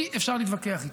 אי-אפשר להתווכח איתה.